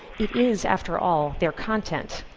it is, after all, their content.